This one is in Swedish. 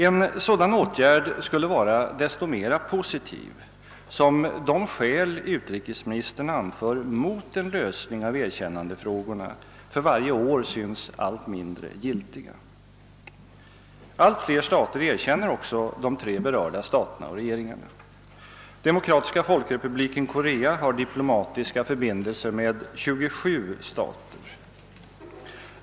En sådan åtgärd skulle vara desto mera positiv som de skäl utrikesministern anför mot en lösning av erkännandefrågorna för varje år synes allt mindre giltiga. Allt fler stater erkänner också de tre berörda staterna och regeringarna. Demokratiska folkrepubliken Korea har diplomatiska förbindelser med 27 stater.